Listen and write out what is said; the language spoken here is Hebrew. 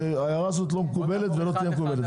ההערה הזאת לא מקובלת ולא תהיה מקובלת,